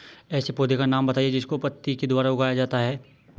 ऐसे पौधे का नाम बताइए जिसको पत्ती के द्वारा उगाया जाता है